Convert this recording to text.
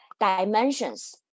dimensions